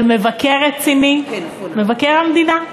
של מבקר רציני, מבקר המדינה.